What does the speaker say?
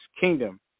Kingdom